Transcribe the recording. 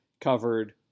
covered